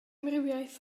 amrywiaeth